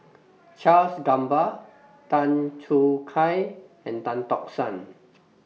Charles Gamba Tan Choo Kai and Tan Tock San